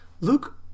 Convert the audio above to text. Luke